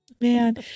Man